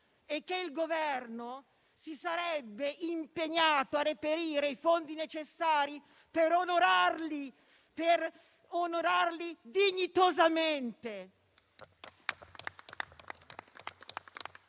e che il Governo si sarebbe impegnato a reperire i fondi necessari per onorarli dignitosamente